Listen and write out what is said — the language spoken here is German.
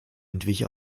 entwich